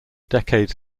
decades